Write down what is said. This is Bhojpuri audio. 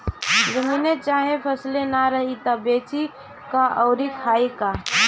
जमीने चाहे फसले ना रही त बेची का अउर खाई का